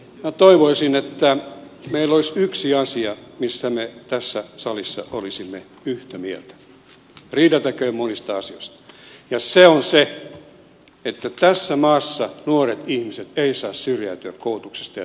minä toivoisin että meillä olisi yksi asia mistä me tässä salissa olisimme yhtä mieltä riideltäköön muista asioista ja se on se että tässä maassa nuoret ihmiset eivät saa syrjäytyä koulutuksesta työstä ja yhteiskunnasta